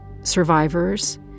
survivors